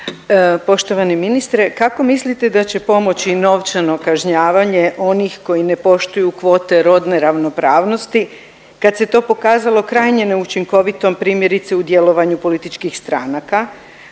Poštovani ministre kako mislite da će pomoći novčano kažnjavanje onih koji ne poštuju kvote rodne ravnopravnosti kad se to pokazalo krajnje neučinkovitom primjerice u djelovanju političkih stranaka,